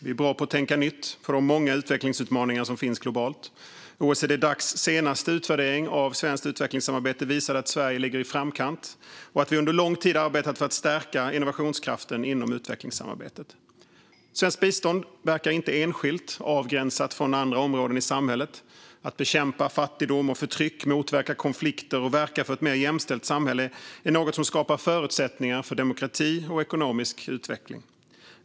Vi är bra på att tänka nytt gällande de många utvecklingsutmaningarna globalt. OECD-Dacs senaste utvärdering av svenskt utvecklingssamarbete visade att Sverige ligger i framkant och att vi under lång tid har arbetat för att stärka innovationskraften inom utvecklingssamarbetet. Svenskt bistånd verkar inte enskilt, avgränsat från andra områden i samhället. Att bekämpa fattigdom och förtyck, motverka konflikter och verka för ett mer jämställt samhälle är något som skapar förutsättningar för demokrati och ekonomisk utveckling.